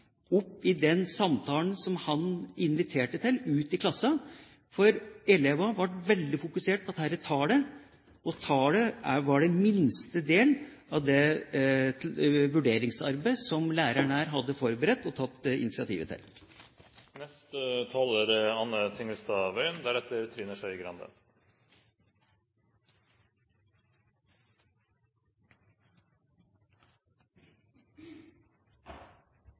i den samtalen som han inviterte til i klassen, for elevene ble veldig fokusert på dette tallet, og tallet var den minste delen av det vurderingsarbeidet som læreren hadde forberedt og tatt initiativet til. Vurdering er,